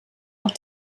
auch